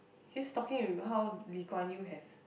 he's talking with how Lee-Kuan-Yew has